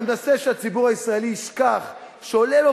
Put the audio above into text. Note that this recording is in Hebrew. אתה מנסה שהציבור הישראלי ישכח שעולה לו